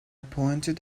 pointed